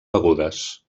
begudes